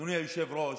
אדוני היושב-ראש,